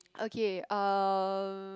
okay uh